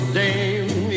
dame